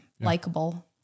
likable